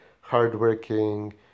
hardworking